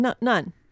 None